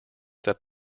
that